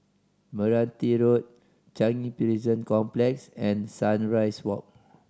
Meranti Road Changi Prison Complex and Sunrise Walk